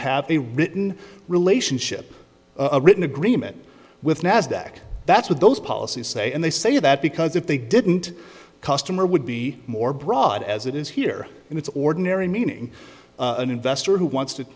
a written relationship a written agreement with nasdaq that's what those policies say and they say that because if they didn't customer would be more broad as it is here and it's ordinary meaning an investor who wants to